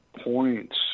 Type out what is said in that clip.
points